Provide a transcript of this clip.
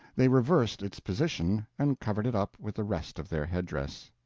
they reversed its position, and covered it up with the rest of their head-dress.